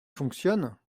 fonctionne